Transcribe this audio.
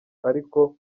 ariko